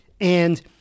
and-